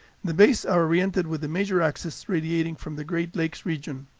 the bays are oriented with the major axes radiating from the great lakes region.